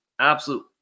absolute